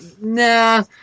nah